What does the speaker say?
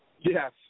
Yes